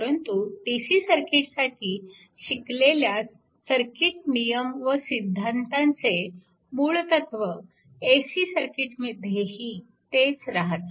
परंतु DC सर्किटसाठी शिकलेल्या सर्किट नियम व सिद्धांताचे मूळ तत्व AC सर्किटमध्येही तेच राहते